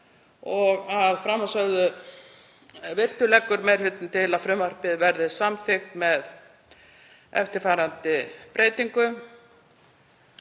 Að framansögðu virtu leggur meiri hlutinn til að frumvarpið verði samþykkt með eftirfarandi breytingu: